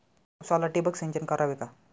उसाला ठिबक सिंचन करावे का?